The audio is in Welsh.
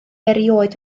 erioed